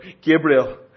Gabriel